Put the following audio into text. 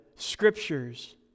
scriptures